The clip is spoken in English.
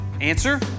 Answer